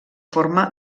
forma